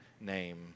name